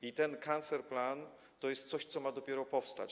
I ten cancer plan to jest coś, co ma dopiero powstać.